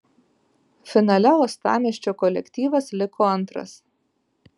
finale uostamiesčio kolektyvas liko antras